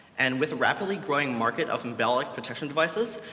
and with a rapidly growing market of embolic protection devices,